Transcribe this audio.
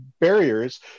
barriers